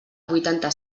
vuitanta